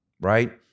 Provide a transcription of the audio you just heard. right